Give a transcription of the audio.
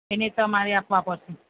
એને તમારે આપવા પડશે